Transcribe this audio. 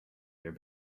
their